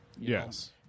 Yes